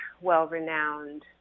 well-renowned